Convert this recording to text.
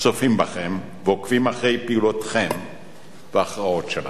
צופים בכם ועוקבים אחרי פעילותכם וההכרעות שלכם.